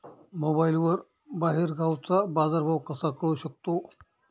मोबाईलवर बाहेरगावचा बाजारभाव कसा कळू शकतो?